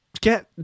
get